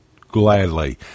gladly